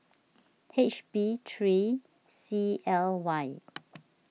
H B three C L Y